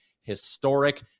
historic